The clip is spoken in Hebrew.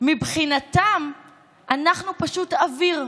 מבחינתם אנחנו פשוט אוויר,